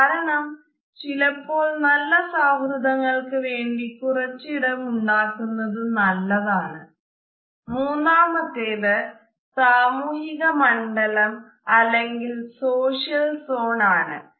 കാരണം ചിലപ്പോൾ നല്ല സൌഹൃദങ്ങൾക്ക് വേണ്ടി കുറച്ച് ഇടം ഉണ്ടാക്കുന്നത് നല്ലതാണ് മൂന്നാമത്തേത് സാമൂഹിക മണ്ഡലം അല്ലെങ്കിൽ സോഷ്യൽ സോൺ ആണ്